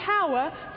power